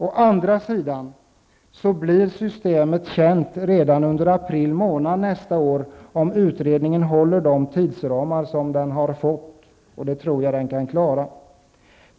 Å andra sidan blir systemet känt redan under april nästa år om utredningen håller givna tidsramar, och det tror jag att den gör.